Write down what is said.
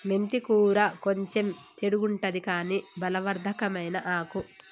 మెంతి కూర కొంచెం చెడుగుంటది కని బలవర్ధకమైన ఆకు